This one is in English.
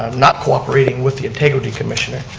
um not cooperating with the integrity commissioner.